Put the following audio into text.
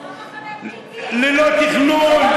ללא תכנון,